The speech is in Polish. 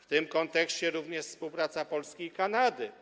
W tym kontekście również współpraca Polski i Kanady